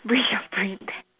bring your phone there